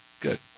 Good